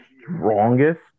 strongest